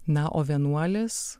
na o vienuolės